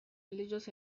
religious